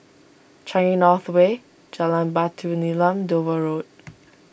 Changi North Way Jalan Batu Nilam Dover Road